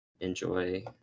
Enjoy